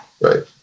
Right